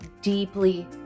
deeply